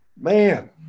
Man